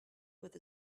with